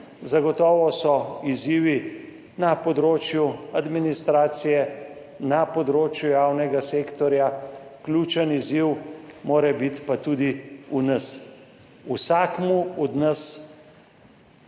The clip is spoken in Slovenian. Zagotovo so izzivi na področju administracije, na področju javnega sektorja, ključen izziv mora biti pa tudi v nas, vsakemu od nas